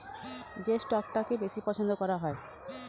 যে স্টকটাকে বেশি পছন্দ করা হয়